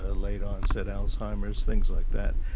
ah late onset alzheimer's, things like that,